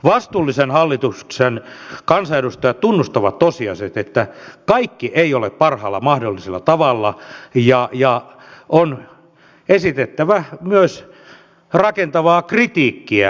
vastuullisen hallituksen kansanedustajat tunnustavat tosiasiat että kaikki ei ole parhaalla mahdollisella tavalla ja on esitettävä myös rakentavaa kritiikkiä